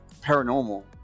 paranormal